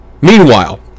Meanwhile